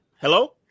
Hello